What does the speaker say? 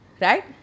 right